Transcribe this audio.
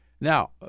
Now